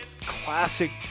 classic